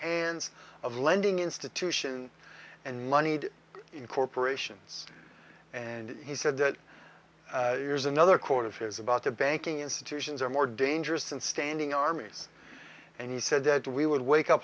hands of lending institution and moneyed in corporations and he said that there's another quote of his about the banking institutions are more dangerous than standing armies and he said that we would wake up